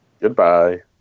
Goodbye